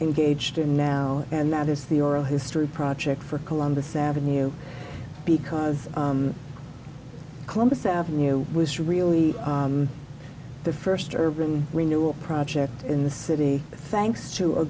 engaged in now and that is the oral history project for columbus avenue because columbus avenue was really the st urban renewal project in the city thanks to a